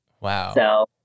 Wow